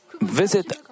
visit